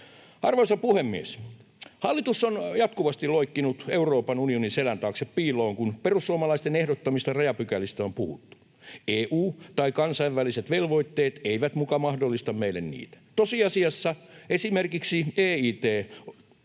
Arvoisa puhemies! Hallitus on jatkuvasti loikkinut Euroopan unionin selän taakse piiloon, kun perussuomalaisten ehdottamista rajapykälistä on puhuttu. EU ja kansainväliset velvoitteet eivät muka mahdollista meille niitä. Tosiasiassa esimerkiksi EIT:n